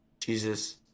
Jesus